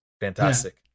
fantastic